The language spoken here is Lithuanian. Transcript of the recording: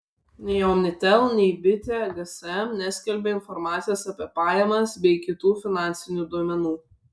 nei omnitel nei bitė gsm neskelbia informacijos apie pajamas bei kitų finansinių duomenų